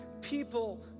people